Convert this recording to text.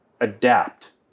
adapt